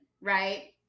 right